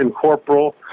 corporal